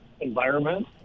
environment